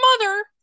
mother